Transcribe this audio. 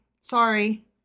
sorry